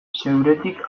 zeuretik